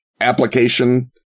application